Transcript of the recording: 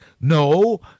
No